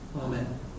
Amen